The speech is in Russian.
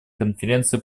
конференции